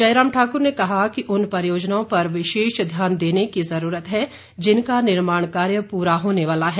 जयराम ठाकुर ने कहा कि उन परियोजनाओं पर विशेष ध्यान देने की जरूरत है जिनका निर्माण कार्य पूरा होने वाला है